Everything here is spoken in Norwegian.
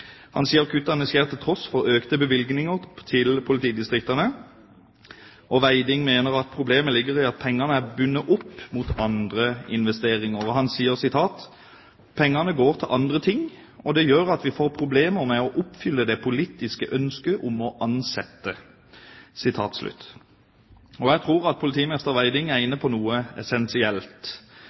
Han sier at kuttene skjer til tross for økte bevilgninger til politidistriktene. Veiding mener at problemet ligger i at pengene er bundet opp mot andre investeringer. Han sier – og jeg siterer: «Pengene går til andre ting, og det gjør at vi får problemer med å oppfylle det politiske ønsket om å ansette.» Jeg tror at politimester Veiding er inne på noe essensielt.